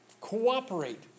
Cooperate